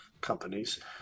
companies